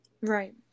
Right